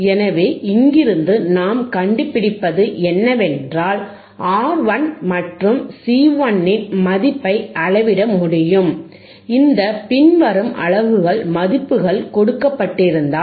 எனவே இங்கிருந்து நாம் கண்டுபிடிப்பது என்னவென்றால் R1 மற்றும் C1 இன் மதிப்பை அளவிட முடியும் இந்த பின்வரும் அலகுகள் மதிப்புகள் கொடுக்கப்பட்டிருந்தால்